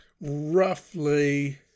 roughly